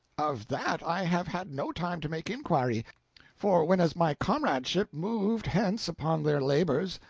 of that i have had no time to make inquiry for whenas my comradeship moved hence upon their labors,